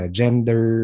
gender